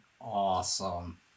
Awesome